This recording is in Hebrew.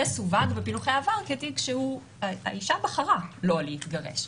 זה סווג בפילוחי העבר כתיק בו האישה בחרה לא להתגרש.